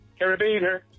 carabiner